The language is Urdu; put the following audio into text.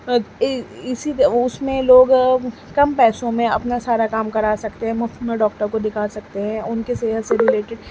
اسی اس میں لوگ کم پیسوں میں اپنا سارا کام کرا سکتے ہیں مفت میں ڈاکٹر کو دکھا سکتے ہیں ان کے صحت سے رلیٹڈ